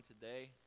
today